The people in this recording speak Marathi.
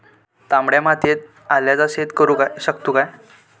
तामड्या मातयेत आल्याचा शेत करु शकतू काय?